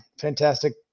fantastic